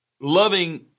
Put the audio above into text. loving